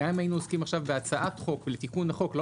גם אם היינו עוסקים בהצעת החוק לתיקון החוק לא